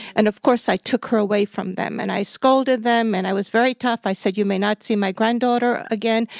and of course, i took her away from them, and i scolded them, and i was very tough. i said, you may not see my granddaughter again,